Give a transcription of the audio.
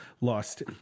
lost